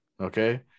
Okay